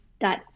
Dot